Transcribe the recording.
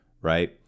right